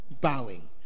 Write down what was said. Bowing